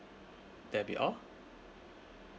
that'll be all